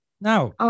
Now